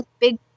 big